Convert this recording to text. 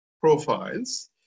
profiles